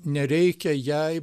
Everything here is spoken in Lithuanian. nereikia jai